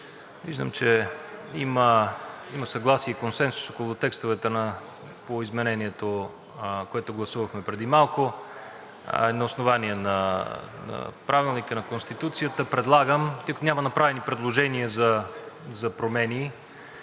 виждам, че има съгласие и консенсус около текстовете по изменението, което гласувахме преди малко, на основание на Правилника и на Конституцията, тъй като няма направени предложения за промени,